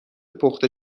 پخته